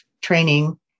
training